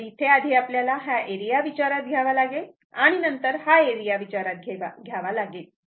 तर इथे आधी आपल्याला हा एरिया विचारात घ्यावा लागेल आणि नंतर हा एरिया विचारात घ्यावा लागेल